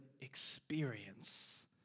experience